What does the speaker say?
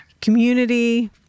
community